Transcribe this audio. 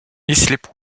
islip